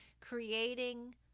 creating